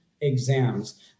exams